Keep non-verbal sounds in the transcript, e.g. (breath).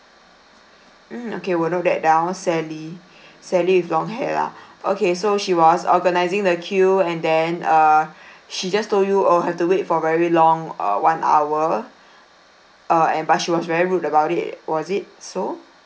mm okay will note that down sally (breath) sally with long hair lah (breath) okay so she was organising the queue and then uh (breath) she just told you oh have to wait for very long uh one hour uh and but she was very rude about it was it so